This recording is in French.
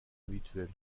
habituel